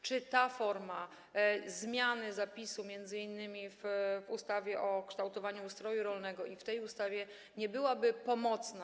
Czy ta forma zmiany zapisu między innymi w ustawie o kształtowaniu ustroju rolnego i w tej ustawie nie byłaby pomocna?